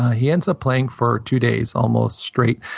he ends up playing for two days, almost straight.